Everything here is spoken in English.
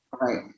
Right